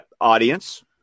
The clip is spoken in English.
audience